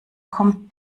kommt